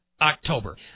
October